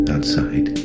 Outside